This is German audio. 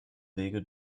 wege